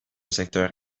secteur